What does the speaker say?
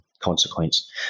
consequence